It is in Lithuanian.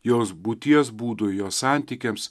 jos būties būdui jos santykiams